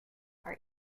are